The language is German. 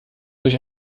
durch